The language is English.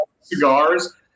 Cigars